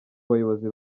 bayobozi